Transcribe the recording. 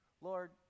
Lord